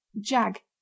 Jag